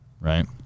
right